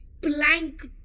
blank